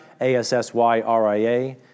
A-S-S-Y-R-I-A